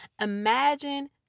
Imagine